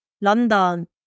London